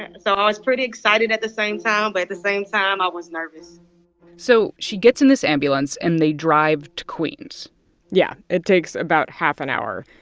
and so i was pretty excited at the same time, but at the same time, i was nervous so she gets in this ambulance, and they drive to queens yeah. it takes about half an hour.